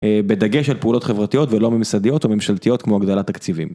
בדגש על פעולות חברתיות ולא ממסדיות או ממשלתיות כמו הגדלת תקציבים.